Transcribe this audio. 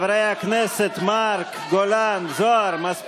הכנסת איימן עודה, מספיק.